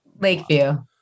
Lakeview